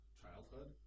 childhood